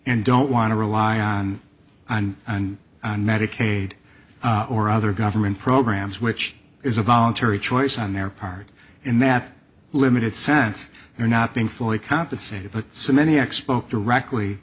and don't want to rely on on and on medicaid or other government programs which is a voluntary choice on their part in that limited sense they are not being fully compensated but so many expo correctly